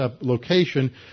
location